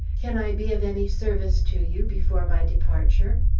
can i be of any service to you before my departure?